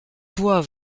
toi